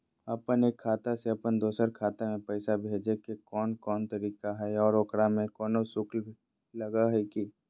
अपन एक खाता से अपन दोसर खाता में पैसा भेजे के कौन कौन तरीका है और ओकरा में कोनो शुक्ल भी लगो है की?